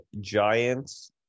Giants